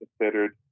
considered